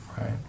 right